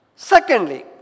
Secondly